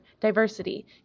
diversity